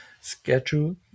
schedule